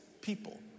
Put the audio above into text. people